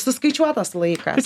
suskaičiuotas laikas